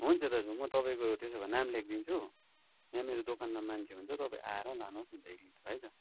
हुन्छ दाजु म तपाईँको त्यसो भए नाम लेखिजिन्छु यहाँ मेरो दोकानमा मान्छे हुन्छ तपाईँ आएर लानुहोस् न त एक लिटर है त